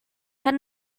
had